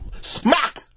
smack